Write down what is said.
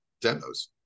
demos